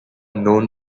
known